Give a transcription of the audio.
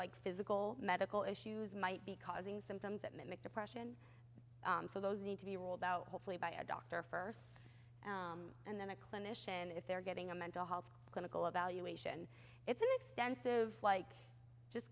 like physical medical issues might be causing symptoms that mimic depression so those need to be rolled out hopefully by a doctor first and then a clinician if they're getting a mental health clinical evaluation it's an extensive like just